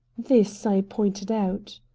this i pointed out.